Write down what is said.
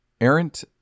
errant